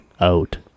out